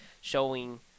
showing